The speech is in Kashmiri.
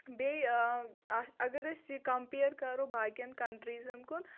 بیٚیہِ آ اَتھ اَگر أسۍ یہِ کَمپِیر کَرَو باقِیَن کَنٛٹریٖزَن کُن